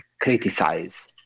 criticize